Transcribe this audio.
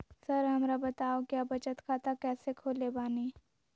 Sir हमरा बताओ क्या बचत खाता कैसे खोले बानी?